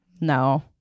No